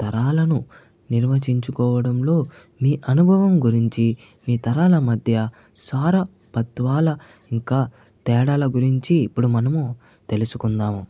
తరాలను నిర్వచించుకోవడంలో మీ అనుభవం గురించి మీ తరాల మధ్య సారా తత్వాల ఇంకా తేడాల గురించి ఇప్పుడు మనము తెలుసుకుందాం